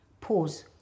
Pause